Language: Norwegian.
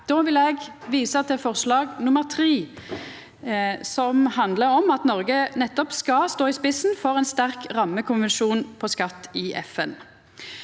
Då vil eg visa til forslag nr. 3, som handlar om at Noreg nettopp skal stå i spissen for ein sterk rammekonvensjon for skatt i FN.